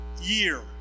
year